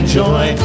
joy